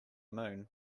moon